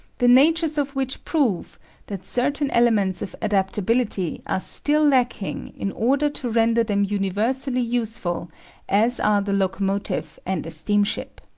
the natures of which prove that certain elements of adaptability are still lacking in order to render them universally useful as are the locomotive and the steam-ship.